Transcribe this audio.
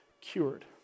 cured